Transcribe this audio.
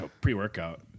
Pre-workout